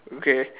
mm K